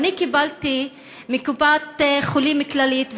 קיבלתי מקופת-חולים כללית,